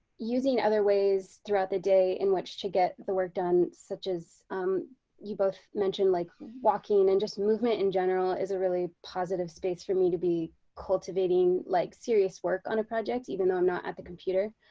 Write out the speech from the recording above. using other ways throughout the day in which to get the work done such as you both mentioned like walking and just movement in general is a really positive space for me to be cultivating like serious work on a project even though i'm not at the computer.